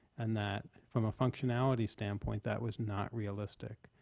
and that from a functionality standpoint, that was not realistic.